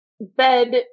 bed